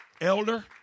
Elder